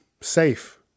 Safe